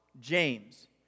James